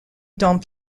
dans